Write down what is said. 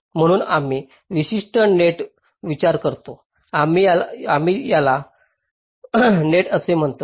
म्हणून आम्ही विशिष्ट नेट विचार करतो आम्ही त्याला नेट असे म्हणतो